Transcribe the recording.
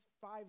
five